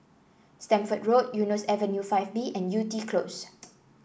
Stamford Road Eunos Avenue Five B and Yew Tee Close